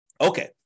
Okay